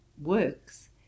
Works